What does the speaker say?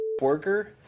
worker